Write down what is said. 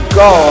go